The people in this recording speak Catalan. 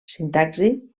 sintaxi